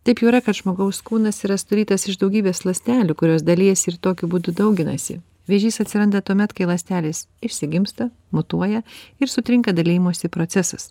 taip jau yra kad žmogaus kūnas yra sudarytas iš daugybės ląstelių kurios dalijasi ir tokiu būdu dauginasi vėžys atsiranda tuomet kai ląstelės išsigimsta mutuoja ir sutrinka dalijimosi procesas